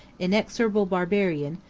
inexorable barbarian,